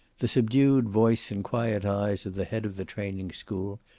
the subdued voice and quiet eyes of the head of the training school,